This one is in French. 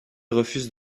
refuse